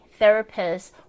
therapists